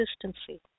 consistency